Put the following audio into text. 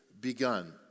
begun